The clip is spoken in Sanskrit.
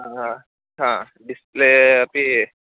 डिस्प्ले अपि